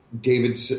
David